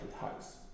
House